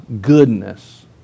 goodness